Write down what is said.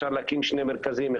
אפשר להקים שני מרכזים,